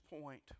point